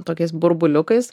tokiais burbuliukais